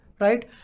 right